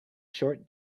short